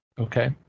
Okay